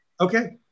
Okay